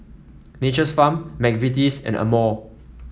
Nature's Farm McVitie's and Amore